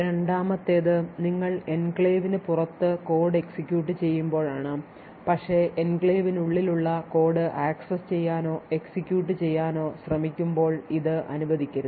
രണ്ടാമത്തേത് നിങ്ങൾ എൻക്ലേവിന് പുറത്ത് കോഡ് എക്സിക്യൂട്ട് ചെയ്യുമ്പോഴാണ് പക്ഷേ എൻക്ലേവിനുള്ളിൽ ഉള്ള കോഡ് ആക്സസ് ചെയ്യാനോ എക്സിക്യൂട്ട് ചെയ്യാനോ ശ്രമിക്കുമ്പോൾ ഇത് അനുവദിക്കരുത്